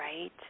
right